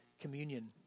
communion